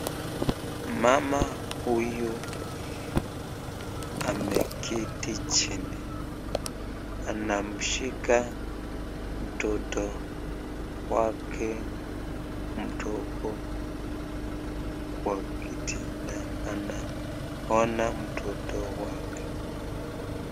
Mama huyu ameketi jini anamshika mtoto wake mdogo kwa kiti na anaona mtoto wake.